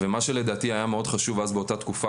מה שלדעתי היה מאוד חשוב אז באותה תקופה